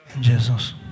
Jesus